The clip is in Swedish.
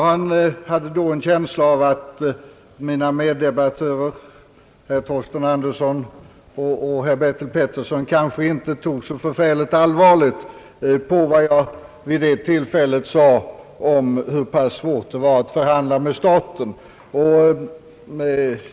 Jag hade då en känsla av att mina meddebattörer, herrar Torsten Andersson och Bertil Petersson kanske inte tog så allvarligt på vad jag vid det tillfället sade om hur svårt det var att förhandla med staten.